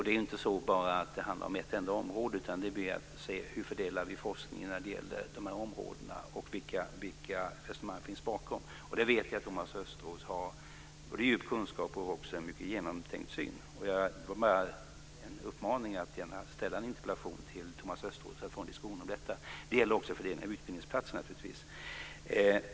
Det är inte bara så att det handlar om ett enda område, utan det gäller att se på hur vi fördelar forskningen till de olika områdena och vilka resonemang som finns bakom. Det vet jag att Thomas Östros har både en djup kunskap om och en mycket genomtänkt syn på. Det var bara en uppmaning att gärna ställa en interpellation till Thomas Östros för att få en diskussion om detta. Det gäller naturligtvis också fördelningen av utbildningsplatser.